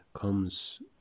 comes